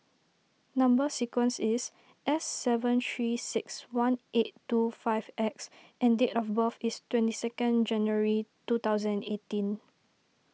Number Sequence is S seven three six one eight two five X and date of birth is twenty second January two thousand eighteen